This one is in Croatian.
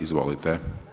Izvolite.